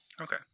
Okay